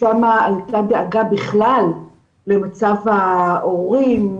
ששם הייתה דאגה בכלל למצב ההורים,